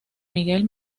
miguel